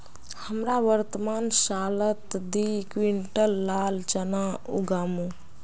हमरा वर्तमान सालत दी क्विंटल लाल चना उगामु